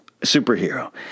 superhero